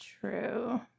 True